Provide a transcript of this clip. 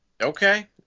Okay